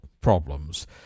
problems